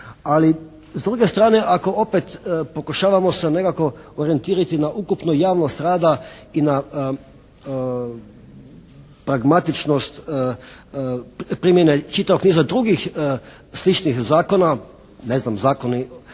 Ali s druge strane ako opet pokušavamo se nekako orijentirati na ukupnu javnost rada i na pragmatičnost primjene čitavog niza drugih sličnih zakona, ne znam Zakona